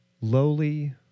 lowly